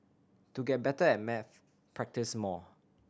to get better at maths practise more